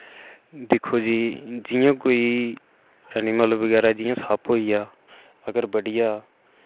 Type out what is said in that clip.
दिक्खो जी जि'यां कोई एनिमल बगैरा जि'यां सप्प होई आ अगर बड्डी आ